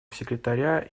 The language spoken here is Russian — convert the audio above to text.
секретаря